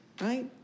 right